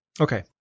Okay